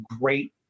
great